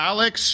Alex